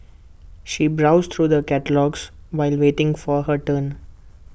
she browsed through the catalogues while waiting for her turn